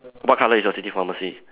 what colour is your city pharmacy